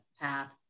path